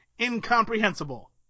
incomprehensible